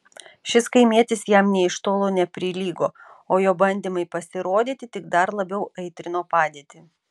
šis kaimietis jam nė iš tolo neprilygo o jo bandymai pasirodyti tik dar labiau aitrino padėtį